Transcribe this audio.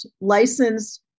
licensed